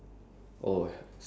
oh